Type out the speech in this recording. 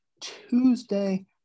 Tuesday